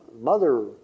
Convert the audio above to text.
Mother